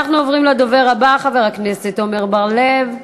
אנחנו עוברים לדובר הבא, חבר הכנסת עמר בר-לב,